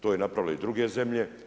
To je napravilo i druge zemlje.